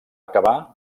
acabar